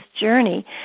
journey